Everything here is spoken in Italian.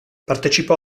partecipò